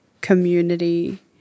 community